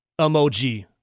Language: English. emoji